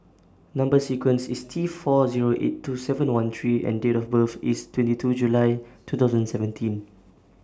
Number sequence IS T four Zero eight two seven one three E and Date of birth IS twenty two July two thousand and seventeen